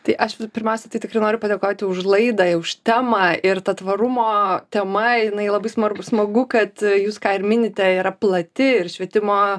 tai aš pirmiausiai tai tikrai noriu padėkoti už laidą už temą ir ta tvarumo tema jinai labai smagu kad jūs ką ir minite yra plati ir švietimo